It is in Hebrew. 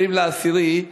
20 באוקטובר,